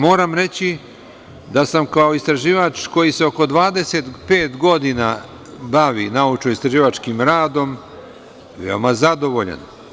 Moram reći da sam kao istraživač koji se oko 25 godina bavi naučnoistraživačkim radom, veoma zadovoljan.